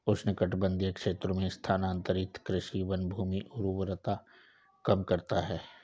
उष्णकटिबंधीय क्षेत्रों में स्थानांतरित कृषि वनभूमि उर्वरता कम करता है